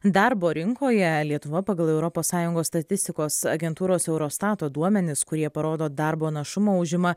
darbo rinkoje lietuva pagal europos sąjungos statistikos agentūros eurostato duomenis kurie parodo darbo našumą užima